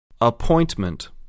Appointment